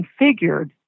configured